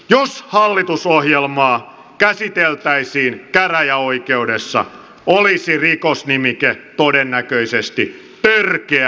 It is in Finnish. jos hallitusohjelmaa käsiteltäisiin käräjäoikeudessa olisi rikosnimike todennäköisesti törkeä petos